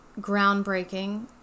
groundbreaking